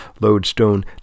lodestone